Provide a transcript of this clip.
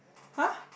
!huh!